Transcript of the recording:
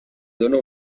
dóna